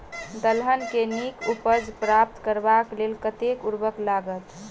दलहन केँ नीक उपज प्राप्त करबाक लेल कतेक उर्वरक लागत?